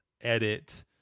edit